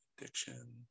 addiction